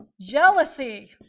jealousy